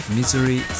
Misery